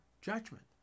judgment